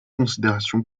considération